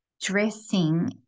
dressing